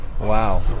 Wow